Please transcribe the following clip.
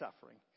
suffering